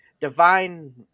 divine